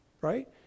Right